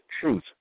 truth